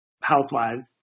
Housewives